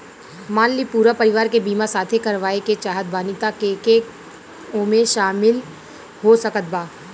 मान ली पूरा परिवार के बीमाँ साथे करवाए के चाहत बानी त के के ओमे शामिल हो सकत बा?